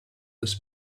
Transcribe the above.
this